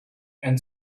and